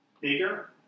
bigger